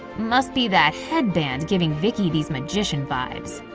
must be that headband giving vicky these magician vibes.